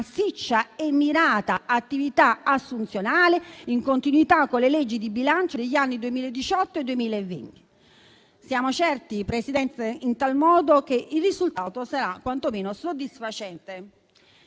e mirata attività assunzionale in continuità con le leggi di bilancio degli anni 2018 e 2020. Siamo certi, in tal modo, che il risultato sarà quantomeno soddisfacente.